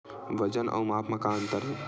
वजन अउ माप म का अंतर हे?